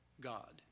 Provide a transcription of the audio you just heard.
God